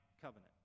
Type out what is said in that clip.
covenant